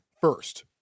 first